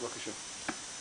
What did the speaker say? בבקשה.